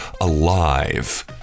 alive